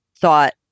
thought